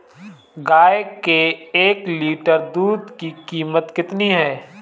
गाय के एक लीटर दूध की कीमत कितनी है?